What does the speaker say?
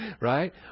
Right